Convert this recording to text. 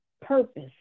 purpose